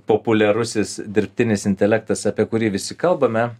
populiarusis dirbtinis intelektas apie kurį visi kalbame